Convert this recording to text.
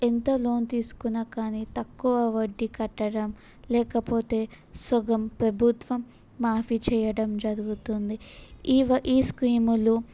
ఎంత లోన్ తీసుకున్నా కానీ తక్కువ వడ్డీ కట్టడం లేకపోతే సగం ప్రభుత్వం మాఫీ చేయడం జరుగుతుంది ఈవ ఈ స్కీములు